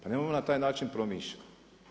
Pa ne nemojmo na taj način promišljati.